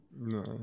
No